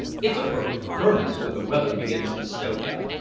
it's a perfect furnace when the weather begins to stoke up.